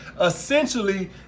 Essentially